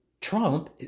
Trump